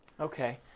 Okay